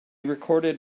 recorded